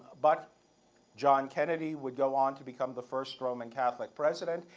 but john kennedy would go on to become the first roman catholic president.